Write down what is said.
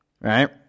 right